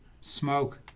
smoke